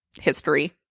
history